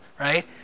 right